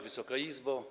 Wysoka Izbo!